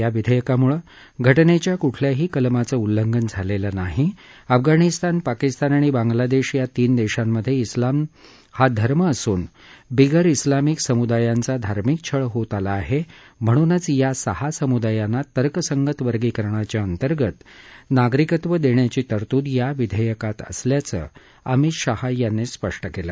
या विधेयकामुळे घटनेच्या कुठल्याही कलमाचं उल्लंघन झालेलं नाही अफगाणिस्तान पाकिस्तान आणि बांग्लादेश या तीन देशांमधे उलाम हा धर्म असून बिगर उलामिक समुदायांचा धार्मिक छळ होत आला आहे म्हणूनच या सहा समुदायाना तर्कसंगत वर्गीकरणाच्या अंतर्गत नागरिकत्व देण्याची तरतूद या विधेयकात असल्याचं अमित शहा यांनी स्पष्ट केलं